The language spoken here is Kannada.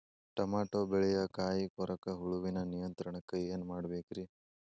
ಟಮಾಟೋ ಬೆಳೆಯ ಕಾಯಿ ಕೊರಕ ಹುಳುವಿನ ನಿಯಂತ್ರಣಕ್ಕ ಏನ್ ಮಾಡಬೇಕ್ರಿ?